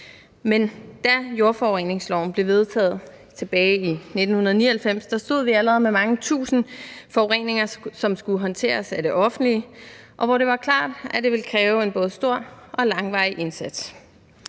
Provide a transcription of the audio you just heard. Men da jordforureningsloven blev vedtaget tilbage i 1999, stod vi allerede med mange tusinde forureninger, som skulle håndteres af det offentlige, og det var klart, at det ville kræve en både stor og langvarig indsats.